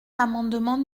l’amendement